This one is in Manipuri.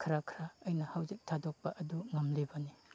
ꯈꯔ ꯈꯔ ꯑꯩꯅ ꯍꯧꯖꯤꯛ ꯊꯥꯗꯣꯛꯄ ꯑꯗꯨ ꯉꯝꯂꯤꯕꯅꯤ